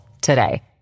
today